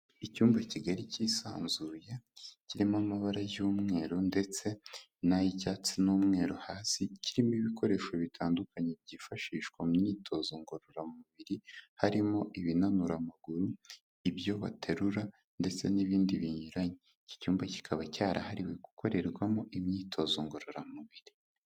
Icyumba kigari cyisanzuye kirimo amabara y'umweru ndetse n'ay'icyatsi n'umweru hasi, kirimo ibikoresho bitandukanye byifashishwa mu myitozo ngororamubiri harimo ibinanura amaguru, ibyo baterura ndetse n'ibindi binyuranye, iki cyumba kikaba cyarahariwe gukorerwamo imyitozo ngororamubiri.